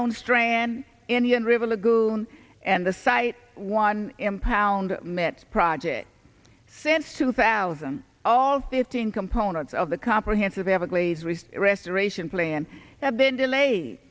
own strand indian river lagoon and the site one impound met project since two thousand all fifteen components of the comprehensive everglades reef restoration plan have been